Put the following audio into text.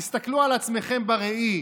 תסתכלו על עצמכם בראי,